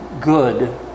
Good